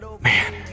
Man